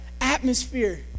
atmosphere